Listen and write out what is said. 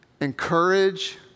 encourage